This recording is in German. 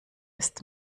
ist